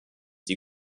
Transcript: die